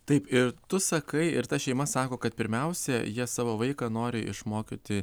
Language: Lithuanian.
taip ir tu sakai ir ta šeima sako kad pirmiausia jie savo vaiką nori išmokyti